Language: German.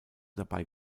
dabei